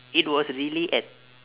it was really at